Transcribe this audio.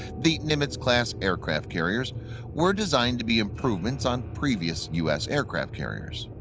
the nimitz-class aircraft carriers were designed to be improvements on previous u s. aircraft carriers,